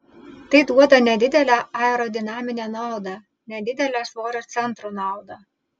tai duoda nedidelę aerodinaminę naudą nedidelę svorio centro naudą